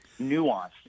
nuanced